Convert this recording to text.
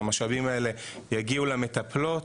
המשאבים האלה יגיעו למטפלות.